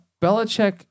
Belichick